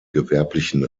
gewerblichen